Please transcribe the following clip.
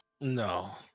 No